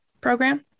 program